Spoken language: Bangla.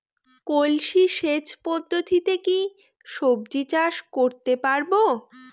কলসি সেচ পদ্ধতিতে কি সবজি চাষ করতে পারব?